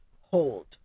hold